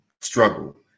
struggle